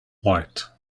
white